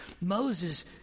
Moses